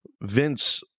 vince